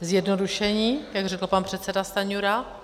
Zjednodušení, jak řekl pan předseda Stanjura.